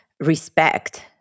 Respect